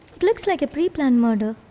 it looks like a pre-planned murder.